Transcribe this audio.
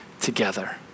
together